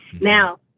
now